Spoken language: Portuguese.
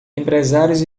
empresários